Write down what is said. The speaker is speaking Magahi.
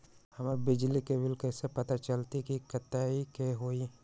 हमर बिजली के बिल कैसे पता चलतै की कतेइक के होई?